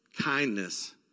Kindness